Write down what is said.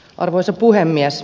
arvoisa puhemies